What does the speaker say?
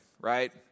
right